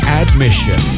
admission